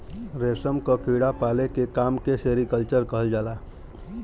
रेशम क कीड़ा पाले के काम के सेरीकल्चर कहल जाला